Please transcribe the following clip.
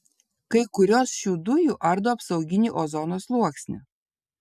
kai kurios šių dujų ardo apsauginį ozono sluoksnį